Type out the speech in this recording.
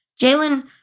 Jalen